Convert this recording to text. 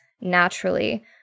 naturally